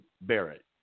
Barrett